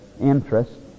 interest